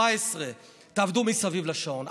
14. תעבדו מסביב לשעון.